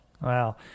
Wow